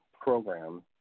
program